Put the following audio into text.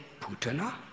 Putana